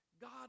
God